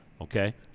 Okay